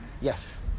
Yes